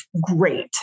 great